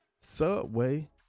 Subway